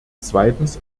zweitens